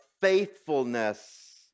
faithfulness